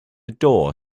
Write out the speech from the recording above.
door